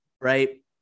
right